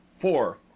four